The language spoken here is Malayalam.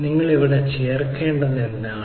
നിങ്ങൾ ഇവിടെ ചേർക്കേണ്ടത് എന്താണ്